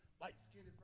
Light-skinned